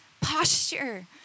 posture